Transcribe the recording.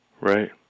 right